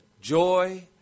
joy